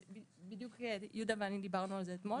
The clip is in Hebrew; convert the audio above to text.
בדיוק יהודה ואני דיברנו על זה אתמול.